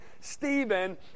Stephen